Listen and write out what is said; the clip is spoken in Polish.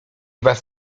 was